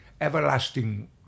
everlasting